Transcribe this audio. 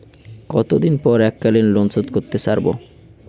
কতদিন পর এককালিন লোনশোধ করতে সারব?